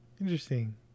Interesting